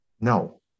No